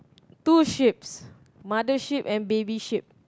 two sheep's mother sheep and baby sheep